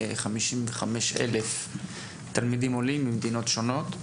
כ-55,000 תלמידים עולים ממדינות שונות,